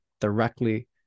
directly